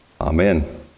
Amen